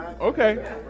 okay